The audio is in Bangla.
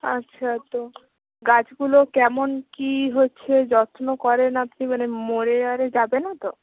আচ্ছা তো গাছগুলো কেমন কী হচ্ছে যত্ন করেন আপনি মানে মরে আরে যাবে না তো